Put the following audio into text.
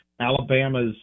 Alabama's